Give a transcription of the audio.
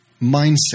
mindset